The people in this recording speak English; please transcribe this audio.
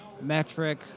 metric